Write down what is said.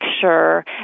sure